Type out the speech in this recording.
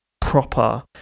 proper